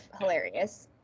hilarious